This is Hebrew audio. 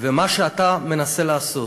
ומה שאתה מנסה לעשות